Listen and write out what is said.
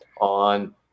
on